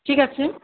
ঠিক আছে